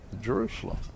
Jerusalem